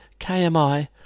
KMI